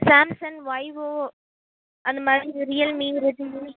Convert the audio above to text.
Samson Vivo அந்த மாதிரி Realme Redmi